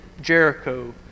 Jericho